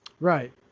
Right